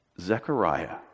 Zechariah